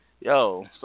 yo